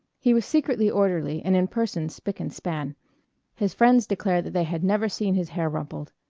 he was secretly orderly and in person spick and span his friends declared that they had never seen his hair rumpled.